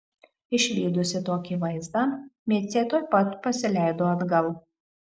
išvydusi tokį vaizdą micė tuoj pat pasileido atgal